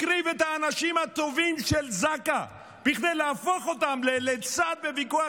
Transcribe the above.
מקריב את האנשים הטובים של זק"א בכדי להפוך אותם לצד בוויכוח.